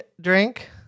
drink